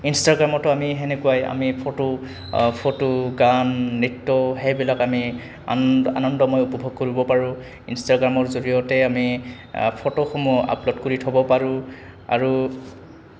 ইনষ্টাগ্ৰামতো আমি তেনেকুৱাই আমি ফটো ফটো গান নৃত্য সেইবিলাক আমি আন আনন্দময় উপভোগ কৰিব পাৰোঁ ইনষ্টাগ্ৰামৰ জৰিয়তে আমি ফটোসমূহ আপলোড কৰি থ'ব পাৰোঁ আৰু